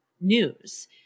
news